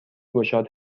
گشاد